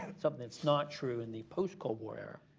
and something that's not true in the post-cold war era.